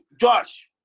Josh